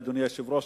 אדוני היושב-ראש,